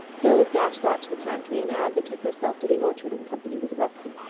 phil dashed out to the pantry and anne betook herself to the orchard in company with rusty.